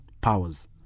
powers